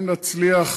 אם נצליח,